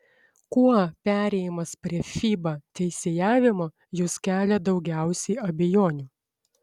kuo perėjimas prie fiba teisėjavimo jus kelia daugiausiai abejonių